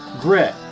Grit